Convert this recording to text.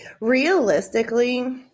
Realistically